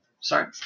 sorry